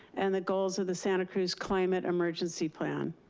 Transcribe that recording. and the goals of the santa cruz climate emergency plan,